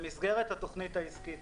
במסגרת התוכנית העסקית